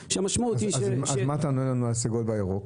שהמשמעות היא --- אז מה אתה עונה לנו על הסגול והירוק?